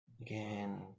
Again